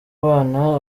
bana